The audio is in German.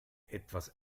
etwas